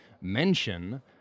mention